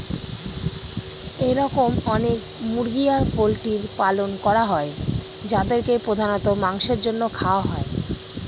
এরকম অনেক মুরগি আর পোল্ট্রির পালন করা হয় যাদেরকে প্রধানত মাংসের জন্য খাওয়া হয়